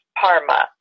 Parma